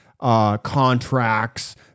Contracts